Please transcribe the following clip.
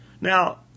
Now